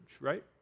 right